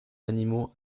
animaux